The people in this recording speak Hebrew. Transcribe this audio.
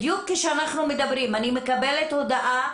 בדיוק כשאנחנו מדברים אני מקבלת הודעה